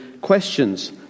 questions